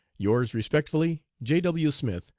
yours respectfully, j. w. smith,